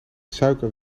suiker